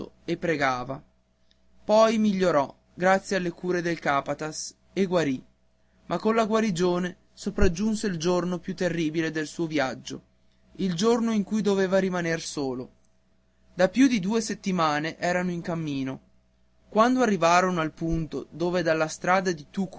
e pregava poi migliorò grazie alle cure del capataz e guarì ma con la guarigione sopraggiunse il giorno più terribile del suo viaggio il giorno in cui doveva rimaner solo da più di due settimane erano in cammino quando arrivarono al punto dove dalla strada di